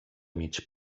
mig